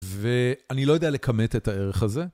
ואני לא יודע לכמת את הערך הזה.